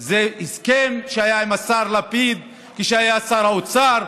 זה הסכם שהיה עם השר לפיד כשהיה שר האוצר,